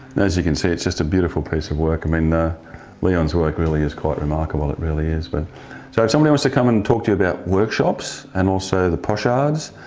and as you can see it's just a beautiful piece of work. i mean leon's work really is quite remarkable, it really is. but so if somebody also come and talk to you about workshops, and also the pochades,